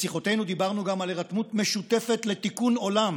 בשיחותינו דיברנו גם על הירתמות משותפת לתיקון עולם,